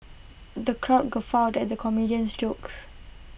the crowd guffawed at the comedian's jokes